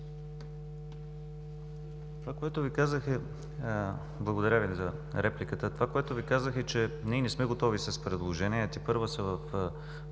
Благодаря Ви за репликата. Това, което Ви казах, е, че ние не сме готови с предложение. Тепърва сме в